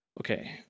Okay